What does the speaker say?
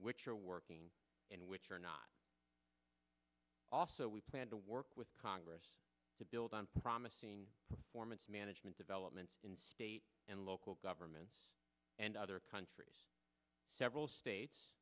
which are working and which are not also we plan to work with congress to build on promising formants management developments in state and local governments and other countries several states